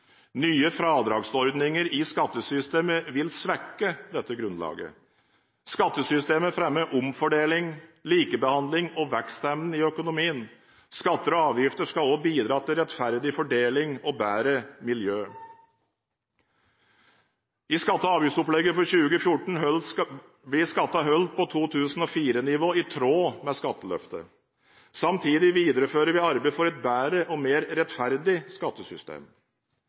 Nye fradragsordninger i skattesystemet vil svekke dette grunnlaget. Skattesystemet fremmer omfordeling, likebehandling og vekstevnen i økonomien. Skatter og avgifter skal også bidra til rettferdig fordeling og bedre miljø. I skatte- og avgiftsopplegget for 2014 blir skattene holdt på 2004-nivå, i tråd med skatteløftet. Samtidig viderefører vi arbeidet for et bedre og mer rettferdig skattesystem.